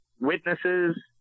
witnesses